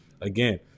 again